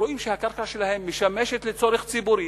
רואים שהקרקע שלהם משמשת לצורך ציבורי,